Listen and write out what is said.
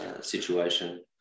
situation